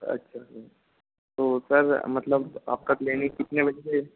अच्छा जी तो सर मतलब आपका क्लीनिक कितने बजे